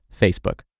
Facebook